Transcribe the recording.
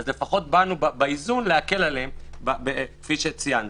אז לפחות באנו באיזון להקל עליהם כפי שציינתי.